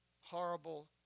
horrible